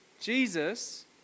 Jesus